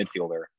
midfielder